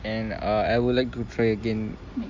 and uh I would like to try again